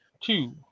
two